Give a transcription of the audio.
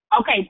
okay